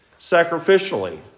Sacrificially